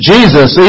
Jesus